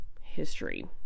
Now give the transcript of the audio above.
history